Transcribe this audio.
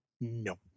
No